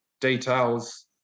details